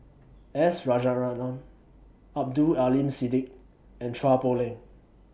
S Rajaratnam Abdul Aleem Siddique and Chua Poh Leng